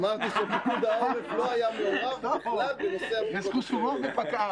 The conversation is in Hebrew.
אמרתי שפיקוד העורף לא היה מעורב בכלל בנושא הבדיקות הסרולוגיות.